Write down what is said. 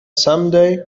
someday